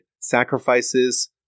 Sacrifices